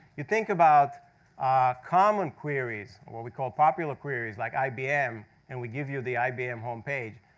you think about ah common queries, what we call popular queries, like ibm and we give you the ibm homepage.